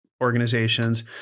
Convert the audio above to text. organizations